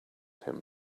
him